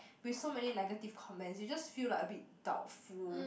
with so many negative comments you just feel like a bit doubtful